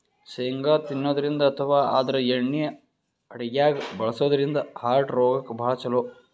ಶೇಂಗಾ ತಿನ್ನದ್ರಿನ್ದ ಅಥವಾ ಆದ್ರ ಎಣ್ಣಿ ಅಡಗ್ಯಾಗ್ ಬಳಸದ್ರಿನ್ದ ಹಾರ್ಟ್ ರೋಗಕ್ಕ್ ಭಾಳ್ ಛಲೋ